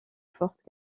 fortes